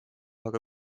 aga